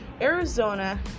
Arizona